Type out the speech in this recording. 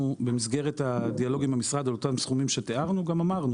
במסגרת הדיאלוג עם המשרד על אותם סכומים שתיארנו גם אמרנו